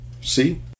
See